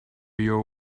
your